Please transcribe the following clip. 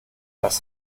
das